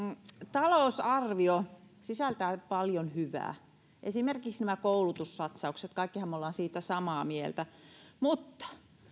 talousarvio sisältää paljon hyvää esimerkiksi koulutussatsaukset kaikkihan me olemme siitä samaa mieltä mutta